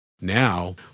Now